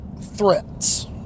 threats